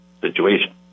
situation